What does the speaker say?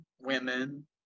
women